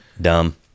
dumb